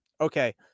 Okay